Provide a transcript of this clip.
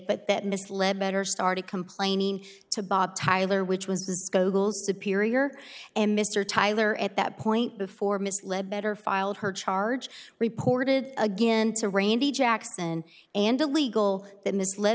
but that misled better started complaining to bob tyler which was gogel superior and mr tyler at that point before misled better filed her charge reported again to randy jackson and illegal that misled